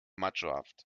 machohaft